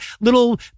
little